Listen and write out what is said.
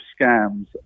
scams